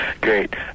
great